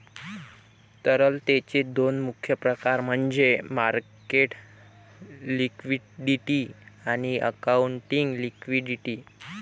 तरलतेचे दोन मुख्य प्रकार म्हणजे मार्केट लिक्विडिटी आणि अकाउंटिंग लिक्विडिटी